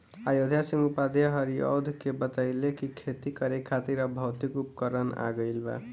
अयोध्या सिंह उपाध्याय हरिऔध के बतइले कि खेती करे खातिर अब भौतिक उपकरण आ गइल बा